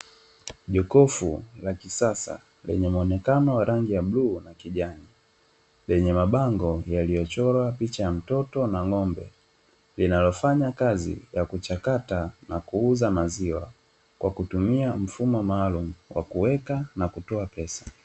Jokofu la kisasa lenye mwonekano wa rangi ya bluu na kijani, lenye mabango yaliyochorwa picha ya mtoto na ng'ombe linalofanya kazi ya kuchakata na kuuza maziwa, kwa kutumia mfumo maalumu kwa kuweka na kutoa pesa.